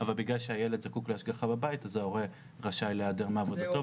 אבל בגלל שהילד צריך השגחה בבית אז ההורה רשאי להיעדר מעבודתו,